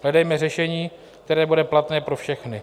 Hledejme řešení, které bude platné pro všechny.